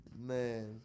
Man